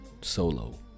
solo